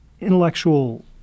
intellectual